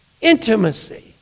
Intimacy